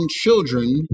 children